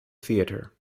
theatre